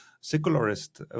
secularist